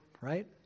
right